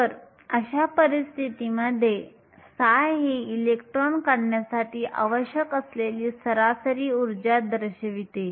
तर अशा परिस्थितीत ψ हे इलेक्ट्रॉन काढण्यासाठी आवश्यक असलेली सरासरी ऊर्जा दर्शवते